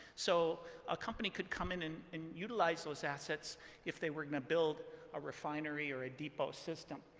so a company could come in and utilize those assets if they were going to build a refinery or a depot system.